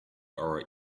our